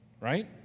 right